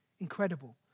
Incredible